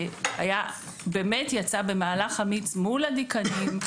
והוא באמת יצא במהלך אמיץ מול הדיקנים,